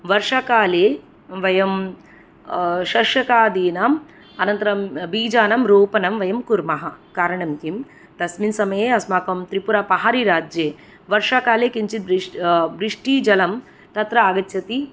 वर्षाकाले वयं षषकादीनाम् अनन्तरं बीजानां रोपणं वयं कुर्मः कारणं किं तस्मिन् समये अस्माकं त्रिपुरापहारिराज्ये वर्षाकाले किञ्चिद् वृष्ट् वृष्टिजलं तत्र आगच्छति